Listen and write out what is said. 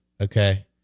Okay